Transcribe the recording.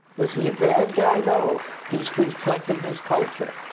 is he a bad guy? no. he's reflecting his culture.